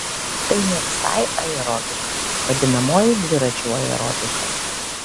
tai ne visai aerobika vadinamoji dviračių aerobika